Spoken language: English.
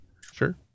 Sure